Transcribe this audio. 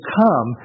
come